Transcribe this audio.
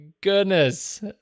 goodness